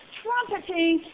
trumpeting